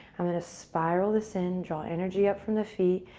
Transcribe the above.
i'm going to spiral this in, draw energy up from the feet.